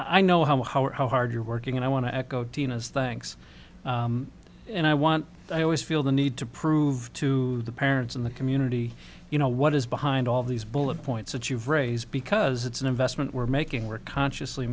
i know how how or how hard you're working and i want to echo tina's thanks and i want i always feel the need to prove to the parents in the community you know what is behind all these bullet points that you've raised because it's an investment we're making we're consciously